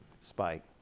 spike